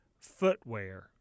footwear